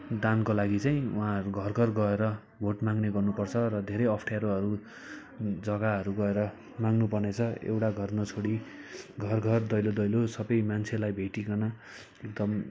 दानको लागि चाहिँ उहाँहरू घरघर गएर भोट माग्ने गर्नुपर्छ र धेरै अप्ठ्यारोहरू जग्गाहरू गएर माग्नुपर्नेछ एउटा घर नछोडी घरघर दैलोदैलो सबै मान्छेलाई भेटिकन एकदम